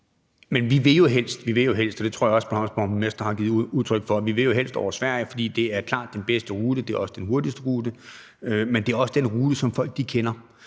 givet udtryk for, over Sverige, fordi det er klart den bedste rute, og det er også den hurtigste rute, men det er også den rute, som folk kender.